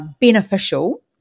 beneficial